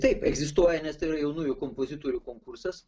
taip egzistuoja nes tai yra jaunųjų kompozitorių konkursas